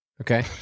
okay